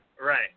right